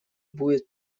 будет